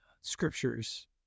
scriptures